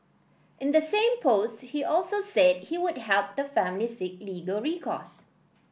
in the same post he also said he would help the family seek legal recourse